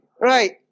Right